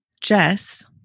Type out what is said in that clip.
Jess